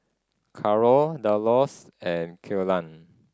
Caro Delos and Killian